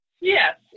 Yes